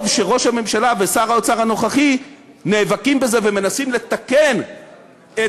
טוב שראש הממשלה ושר האוצר הנוכחי נאבקים בזה ומנסים לתקן את